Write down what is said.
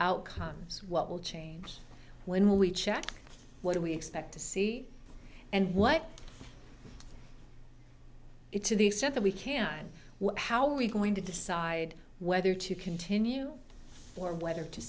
outcomes what will change when we check what we expect to see and what it to the extent that we can what how we going to decide whether to continue or whether to